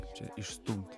čia išstumti